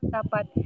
Dapat